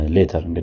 Later